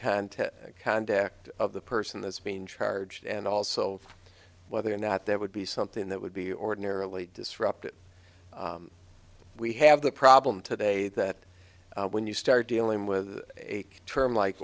contest conduct of the person that's been charged and also whether or not there would be something that would be ordinarily disruptive we have the problem today that when you start dealing with a term like